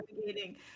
navigating